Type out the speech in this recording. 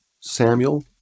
samuel